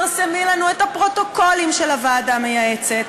פרסמי לנו את הפרוטוקולים של הוועדה המייעצת,